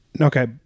Okay